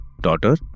daughter